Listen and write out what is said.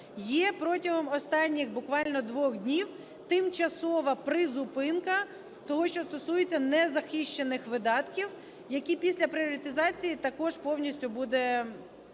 Є протягом останніх буквально двох днів тимчасова призупинка того, що стосується незахищених видатків, які після пріоритезації також повністю будуть фінансуватися,